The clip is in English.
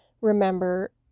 remember